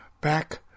back